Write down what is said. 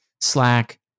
Slack